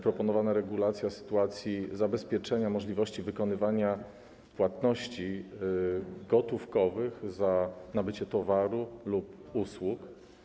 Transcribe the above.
Proponowana regulacja dotyczy sytuacji zabezpieczenia możliwości wykonywania płatności gotówkowych za nabycie towarów lub usług.